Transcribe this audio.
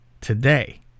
today